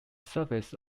surface